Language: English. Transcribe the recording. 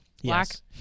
Yes